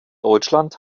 deutschland